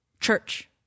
church